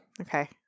Okay